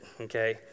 okay